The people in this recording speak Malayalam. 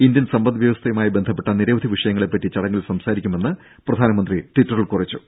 ഇന്ത്യൻ സമ്പദ് വ്യവസ്ഥയുമായി ബന്ധപ്പെട്ട നിരവധി വിഷയങ്ങളെപ്പറ്റി ചടങ്ങിൽ സംസാരിക്കുമെന്ന് പ്രധാനമന്ത്രി ട്വിറ്ററിൽ കുറിച്ചു